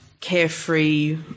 carefree